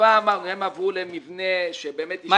בחיפה עברו למבנה שבאמת השקיעו הרבה.